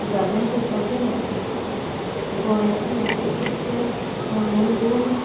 उदाहरण पळोवपाक गेल्यार गोंयांतल्या उत्तर गोंयान दोन